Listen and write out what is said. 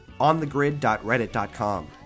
onthegrid.reddit.com